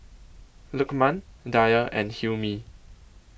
Lukman Dhia and Hilmi